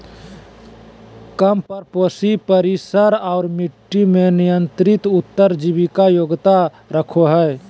कम परपोषी परिसर और मट्टी में नियंत्रित उत्तर जीविता योग्यता रखो हइ